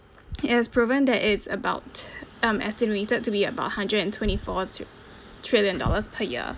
it has proven that it's about um estimated to be about hundred and twenty four zero trillion dollars per year